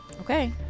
Okay